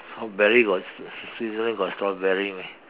strawberry got Switzerland got strawberry meh